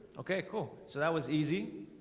okay, cool so that was easy